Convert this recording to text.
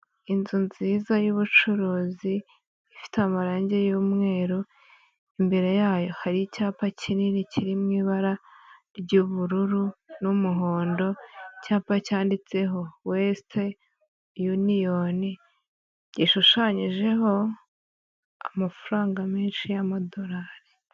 Inzu nziza y'ubucuruzi, ifite amarangi y'umweru, imbere yayo hari icyapa kinini kiri mu ibara ry'ubururu n'umuhondo, icyapa cyanditseho wesite uniyoni, gishushanyijeho amafaranga menshi y'amadolari.